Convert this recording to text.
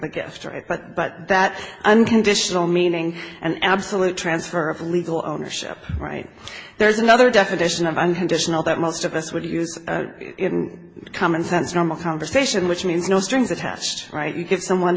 right but but that unconditional meaning and absolute transfer of legal ownership right there is another definition of unconditional that most of us would use common sense normal conversation which means no strings attached right you give someone